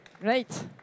Great